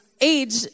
age